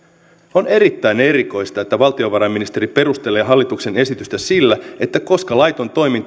on erittäin erikoista että valtiovarainministeri perustelee hallituksen esitystä sillä että koska laiton toiminta on